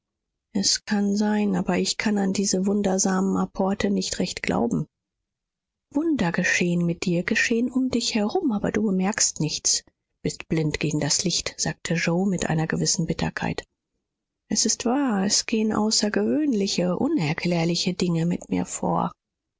es kann sein aber ich kann an diese wundersamen apporte nicht recht glauben wunder geschehen mit dir geschehen um dich herum du aber bemerkst nichts bist blind gegen das licht sagte yoe mit einer gewissen bitterkeit es ist wahr es gehen außergewöhnliche unerklärliche dinge mit mir vor